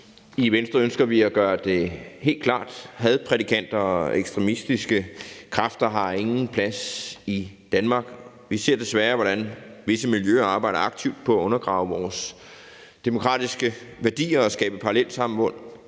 I Venstre ønsker vi at gøre det helt klart: Hadprædikanter og ekstremistiske kræfter har ingen plads i Danmark. Vi ser desværre, hvordan visse miljøer arbejder aktivt på at undergrave vores demokratiske værdier og skabe parallelsamfund,